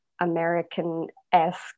American-esque